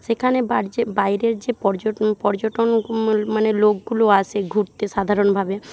সেখানে বাইরের যে পর্যটন পর্যটন মানে লোকগুলো আসে ঘুরতে সাধারণভাবে